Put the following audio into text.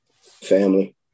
Family